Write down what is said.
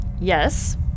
Yes